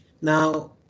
Now